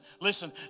listen